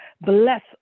bless